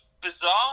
bizarre